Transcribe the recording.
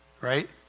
right